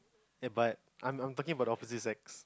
ya but I'm I'm talking about the opposite sex